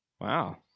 Wow